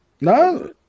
No